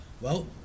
Well